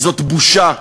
זאת בושה.